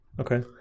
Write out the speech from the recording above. okay